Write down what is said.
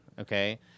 okay